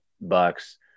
bucks